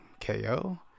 ko